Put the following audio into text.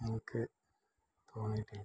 എനിക്ക് തോന്നിയിട്ടില്ല